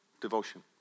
Devotion